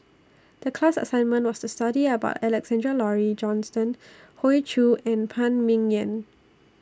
The class assignment was to study about Alexander Laurie Johnston Hoey Choo and Phan Ming Yen